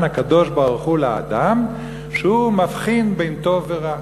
הקדוש-ברוך-הוא לאדם, שהוא מבחין בין טוב ורע.